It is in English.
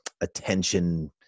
attention